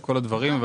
כל הדברים.